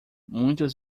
muitos